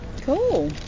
Cool